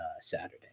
Saturday